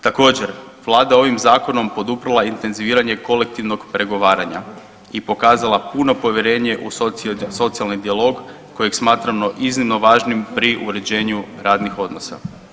Također, vlada ovim zakonom poduprla je intenziviranje kolektivnog pregovaranja i pokazala puno povjerenje u socijalni dijalog kojeg smatramo iznimno važnim pri uređenju radnih odnosa.